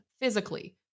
physically